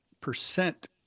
percent